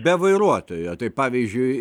be vairuotojo tai pavyzdžiui